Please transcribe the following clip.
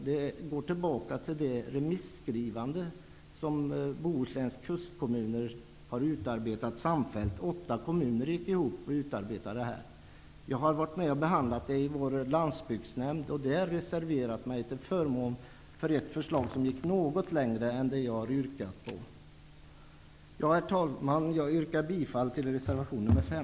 Det går tillbaka till det remisskrivande som åtta av Bohusläns kustkommuner har utarbetat samfällt. Jag har varit med och behandlat detta i vår landsbygdsnämnd. Där har jag reserverat mig till förmån för ett förslag som gick något längre än det som jag har yrkat på. Herr talman! Jag yrkar bifall till reservation 5.